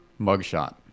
mugshot